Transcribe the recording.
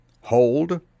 Hold